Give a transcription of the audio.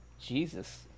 Jesus